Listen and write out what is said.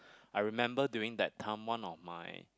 I remember during that time one of my